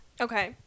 Okay